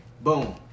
Boom